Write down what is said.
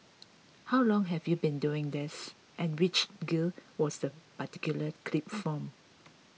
how long have you been doing this and which gig was this particular clip from